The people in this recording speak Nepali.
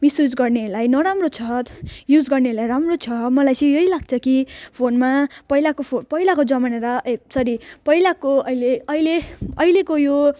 मिसयुज गर्नेलाई नराम्रो छ युज गर्नेलाई राम्रो छ मलाई चाहिँ यही लाग्छ कि फोनमा पहिलाको फो पहिलाको जमानामा र ए सरी पहिलाको अहिले अहिले अहिलेको यो